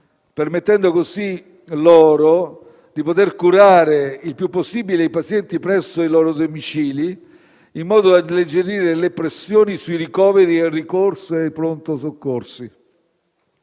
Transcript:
permettendo così di curare il più possibile i pazienti presso i loro domicili, in modo da alleggerire le pressioni sui ricoveri e il ricorso ai pronto soccorso.